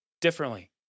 differently